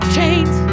chains